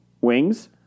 Wings